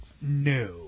No